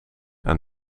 aan